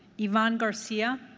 yvonne garcia?